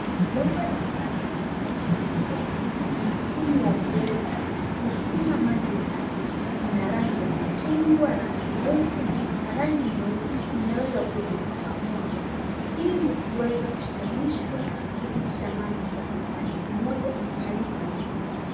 Bomba la maji linatengenezwa na Mashine ya kuweza kuskuma maji hayo ina rangi ya machungwa ,rangi nyeupe na rangi nyeusi imeweza kuwejwa pamoja ili kuweza kushinishwa kupitisha maji kutoka upande moja hadi pande mwingine.